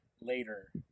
later